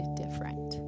different